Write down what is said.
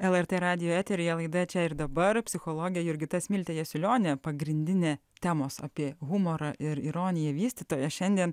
lrt radijo eteryje laida čia ir dabar psichologė jurgita smiltė jasiulionė pagrindinė temos apie humorą ir ironija vystytoja šiandien